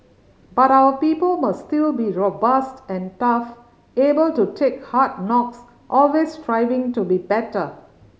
but our people must still be robust and tough able to take hard knocks always striving to be better